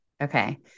Okay